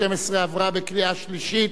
47 בעד, שלושה נגד, אין נמנעים.